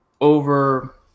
over